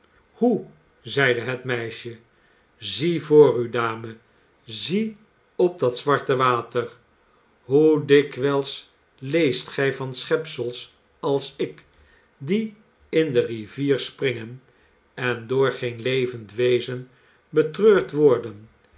hoe zeide het meisje zie voor u dame zie op dat zwarte water hoe dikwijls leest gij van schepsels als ik die in de rivier springen en door geen levend wezen betreurd worden